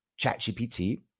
ChatGPT